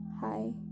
Hi